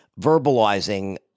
verbalizing